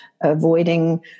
avoiding